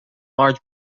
large